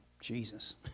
Jesus